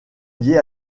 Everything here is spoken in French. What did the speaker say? liée